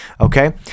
okay